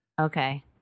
Okay